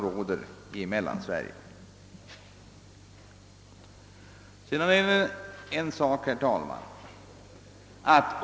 Herr talman!